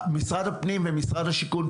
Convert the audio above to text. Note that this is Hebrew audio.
משרד הפנים ומשרד השיכון,